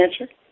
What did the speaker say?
answer